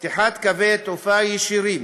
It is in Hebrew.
פתיחת קווי תעופה ישירים,